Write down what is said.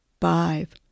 five